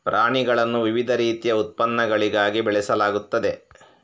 ಪ್ರಾಣಿಗಳನ್ನು ವಿವಿಧ ರೀತಿಯ ಉತ್ಪನ್ನಗಳಿಗಾಗಿ ಬೆಳೆಸಲಾಗುತ್ತದೆ